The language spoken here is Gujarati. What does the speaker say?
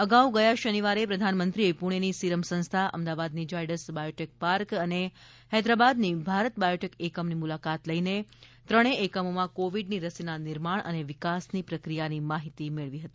અગાઉ ગયા શનિવારે પ્રધાનમંત્રીએ પુણેની સિરમ સંસ્થા અમદાવાદની ઝાયડસ બાયોટેક પાર્ક અને હૈદરાબાદની ભારત બાયોટેક એકમની મુલાકાત લઈને ત્રણેય એકમોમાં કોવિડની રસીના નિર્માણ અને વિકાસની પ્રક્રિયાની માહિતી મેળવી હતી